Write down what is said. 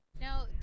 Now